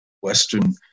Western